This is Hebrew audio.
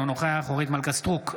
אינו נוכח אורית מלכה סטרוק,